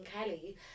Kelly